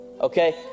Okay